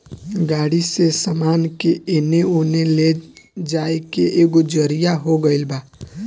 गाड़ी से सामान के एने ओने ले जाए के एगो जरिआ हो गइल बा